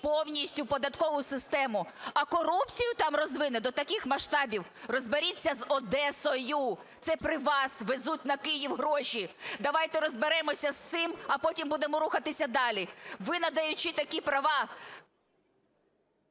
повністю податкову систему, а корупцію там розвине до таких масштабів. Розберіться з Одесою! Це при вас везуть на Київ гроші. Давайте розберемося з цим, а потім будемо рухатися далі. Ви, надаючи такі права…